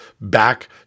back